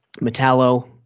Metallo